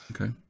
okay